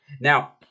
Now